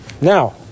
now